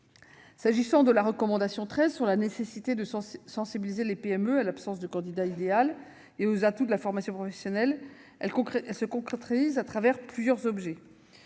S'agissant de la recommandation n° 13, sur la nécessité de sensibiliser les PME à l'absence de candidat idéal et aux atouts de la formation professionnelle, sa mise en oeuvre se concrétise à travers différents moyens